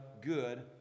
good